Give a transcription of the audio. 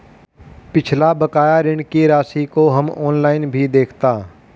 पिछला बकाया ऋण की राशि को हम ऑनलाइन भी देखता